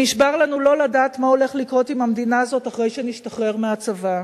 נשבר לנו לא לדעת מה הולך לקרות עם המדינה הזאת אחרי שנשתחרר מהצבא.